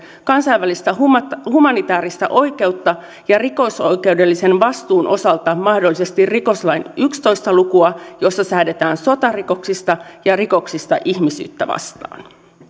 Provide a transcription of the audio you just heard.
kansainvälistä humanitääristä oikeutta sekä rikosoikeudellisen vastuun osalta mahdollisesti rikoslain yksitoista lukua jossa säädetään sotarikoksista ja rikoksista ihmisyyttä vastaan